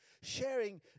sharing